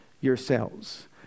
yourselves